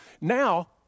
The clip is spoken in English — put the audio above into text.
Now